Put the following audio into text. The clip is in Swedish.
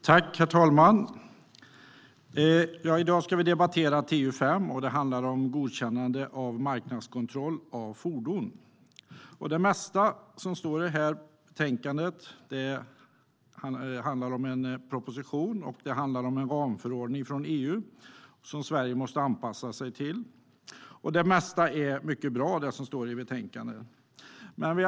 Herr talman! I dag ska vi debattera TU5 Godkännande och marknadskontroll av fordon . Det mesta som står i betänkandet rör en proposition och en ramförordning från EU som Sverige måste anpassa sig till, och en stor del av det som står i betänkandet är mycket bra.